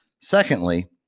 Secondly